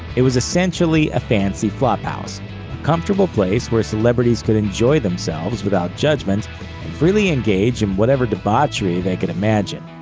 it was essentially a fancy flophouse, a comfortable place where celebrities could enjoy themselves without judgement and freely engage in whatever debauchery they could imagine.